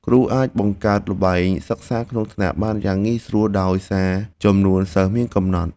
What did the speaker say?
គ្រូអាចបង្កើតល្បែងសិក្សាក្នុងថ្នាក់បានយ៉ាងងាយស្រួលដោយសារចំនួនសិស្សមានកំណត់។